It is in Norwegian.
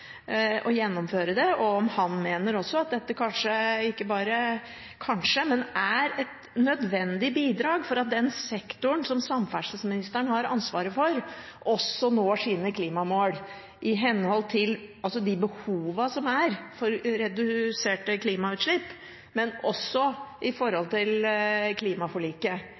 og gjennomføre det, og om han mener at dette er et nødvendig bidrag for at den sektoren som samferdselsministeren har ansvaret for, også når sine klimamål, i henhold til behovene som er for reduserte klimautslipp, men også med tanke på klimaforliket, som setter helt klare krav til